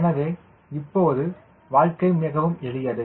எனவே இப்போது வாழ்க்கை மிகவும் எளியது